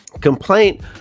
complaint